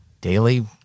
daily